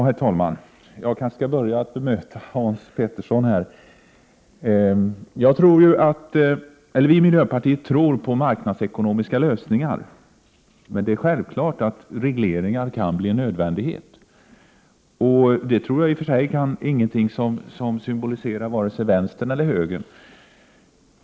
Herr talman! Jag skall börja med att bemöta Hans Petersson. Vi i miljöpartiet tror på marknadsekonomiska lösningar, men det är självklart att regleringar kan bli en nödvändighet. I och för sig är det ingenting som symboliserar vare sig vänster eller höger.